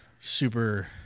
super